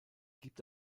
gibt